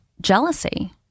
jealousy